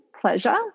pleasure